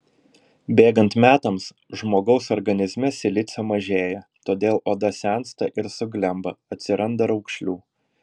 bėgant metams žmogaus organizme silicio mažėja todėl oda sensta ir suglemba atsiranda raukšlių